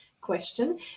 question